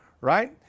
right